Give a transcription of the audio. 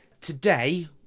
today